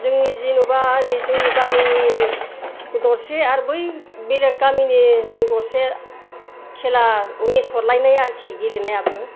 जोंनि जेन'बा ओरै जोंनि गामिनि दरसे आरो बै बेलेग गामिनिजों दरसे खेला मेस हरलायनाय आरिखि गेलेनायाबो